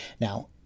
Now